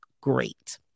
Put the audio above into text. great